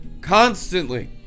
constantly